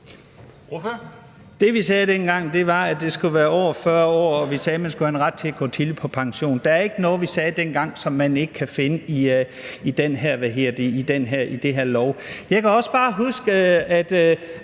Det, vi sagde dengang, var, at det skulle være over 40 år, og vi sagde, at man skulle have en ret til at gå tidligt på pension. Der er ikke noget af det, som vi sagde dengang, som man ikke kan finde i det her lovforslag. Jeg kan også bare huske –